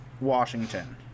Washington